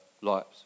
lives